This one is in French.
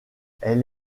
elle